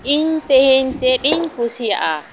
ᱤᱧ ᱛᱮᱦᱮᱧ ᱪᱮᱫ ᱤᱧ ᱠᱩᱥᱤᱭᱟᱜᱼᱟ